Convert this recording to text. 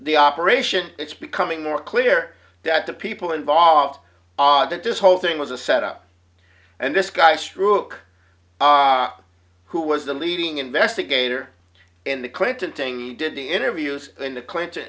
the operation it's becoming more clear that the people involved are that this whole thing was a setup and this guy's trooper who was the leading investigator in the clinton thing did the interviews in the clinton